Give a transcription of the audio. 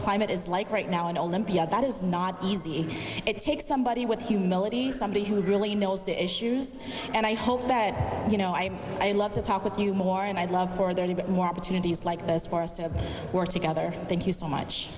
climate is like right now and olympia that is not easy it takes somebody with humility somebody who really knows the issues and i hope that you know i i love to talk with you more and i'd love for there to get more opportunities like this for us to work together thank you so much